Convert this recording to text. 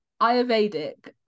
Ayurvedic